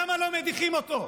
למה לא מדיחים אותו,